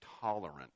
tolerant